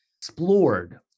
explored